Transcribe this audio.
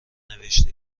نوشته